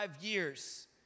years